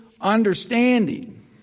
understanding